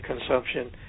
consumption